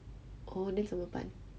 oh then 怎么办